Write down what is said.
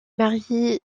marié